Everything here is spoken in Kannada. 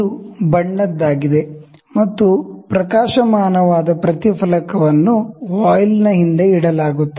ಇದು ಬಣ್ಣದ್ದಾಗಿದೆ ಮತ್ತು ಲುಮಿನಿಸ್ಸೆಂಟ್ ರೆಫ್ಲೆಕ್ಟರ್ ಅನ್ನು ವಾಯ್ಲ್ನ ಹಿಂದೆ ಇಡಲಾಗುತ್ತದೆ